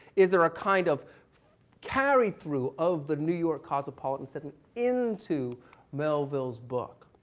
is there a kind of carry through of the new york cosmopolitanism and into melville's book.